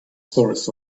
stories